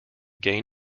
gain